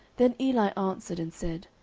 then eli answered and said,